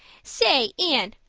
say, anne,